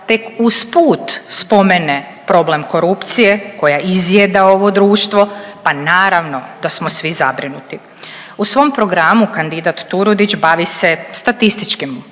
tek usput spomene problem korupcije koja izjeda ovo društvo, pa naravno da smo svi zabrinuti. U svom programu kandidat Turudić bavi se statističkim